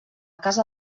casa